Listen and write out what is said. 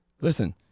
Listen